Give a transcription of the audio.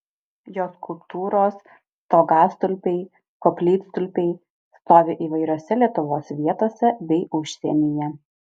jo skulptūros stogastulpiai koplytstulpiai stovi įvairiose lietuvos vietose bei užsienyje